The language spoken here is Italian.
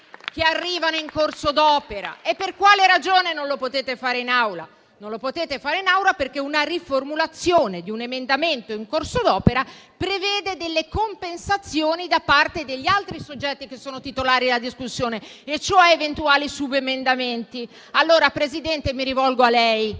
che arrivano in corso d'opera. Per quale ragione non lo potete fare in Aula? La riformulazione di un emendamento in corso d'opera prevede compensazioni da parte degli altri soggetti titolari della discussione, e cioè eventuali subemendamenti. Presidente, mi rivolgo a lei,